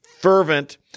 fervent